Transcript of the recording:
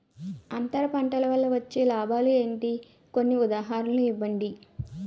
అంతర పంట వల్ల వచ్చే లాభాలు ఏంటి? కొన్ని ఉదాహరణలు ఇవ్వండి?